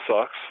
sucks